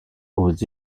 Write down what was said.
aux